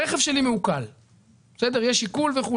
הרכב שלי מעוקל, עברתי.